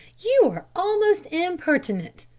you are almost impertinent,